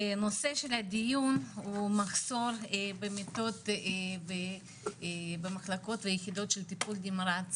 והנושא של הדיון הוא מחסור במיטות במחלקות ביחידות של טיפול נמרץ